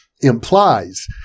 implies